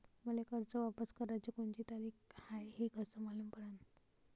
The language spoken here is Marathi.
मले कर्ज वापस कराची कोनची तारीख हाय हे कस मालूम पडनं?